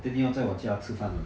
then 你要在我家吃饭吗